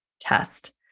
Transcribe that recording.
test